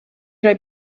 roi